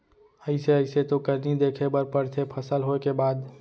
अइसे अइसे तो करनी देखे बर परथे फसल होय के बाद